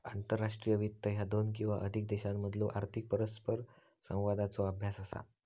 आंतरराष्ट्रीय वित्त ह्या दोन किंवा अधिक देशांमधलो आर्थिक परस्परसंवादाचो अभ्यास असा